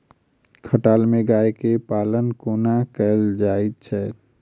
खटाल मे गाय केँ पालन कोना कैल जाय छै?